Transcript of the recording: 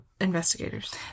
investigators